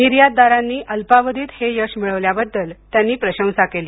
निर्यातदारांनी अल्पावधीत हे यश मिळवल्याबद्दल त्यांनी प्रशंसा केली